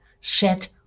set